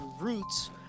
roots